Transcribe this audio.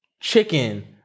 chicken